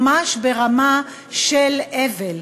ממש ברמה של אבל,